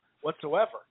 whatsoever